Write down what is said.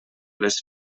les